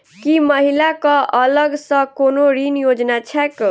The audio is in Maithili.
की महिला कऽ अलग सँ कोनो ऋण योजना छैक?